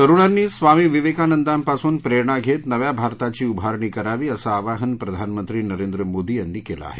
तरुणांनी स्वामी विवेकानंदांपासून प्रेरणा घेत नव्या भारताची उभारणी करावी असं आवाहन प्रधानमंत्री नरेंद्र मोदी यांनी केलं आहे